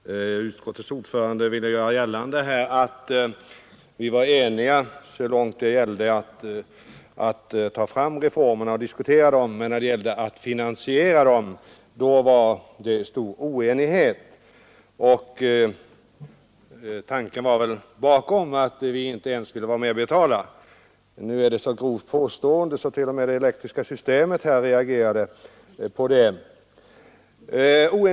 Herr talman! Utskottets ordförande ville här göra gällande att vi skulle vara eniga så länge det gällde att diskutera reformerna men att stor oenighet rådde när det gällde att finansiera dem. Den bakomliggande tanken var väl att vi inte ens skulle vilja vara med och betala. Påstående är så grovt att t.o.m. det elektriska systemet reagerade på detta.